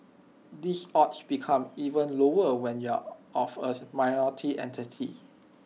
these odds become even lower when you are of A minority ethnicity